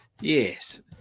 Yes